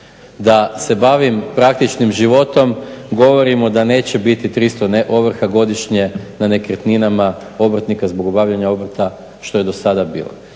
Da se bavim praktičnim životom govorimo da neće biti 300 ovrha godišnje na nekretninama obrtnika zbog obavljanja obrta što je do sada bilo.